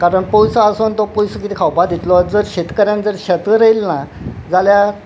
कारण पयसो आसोन तो पयसो कितें खावपा दितलो जर शेतकऱ्यांक जर शेत रयले ना जाल्यार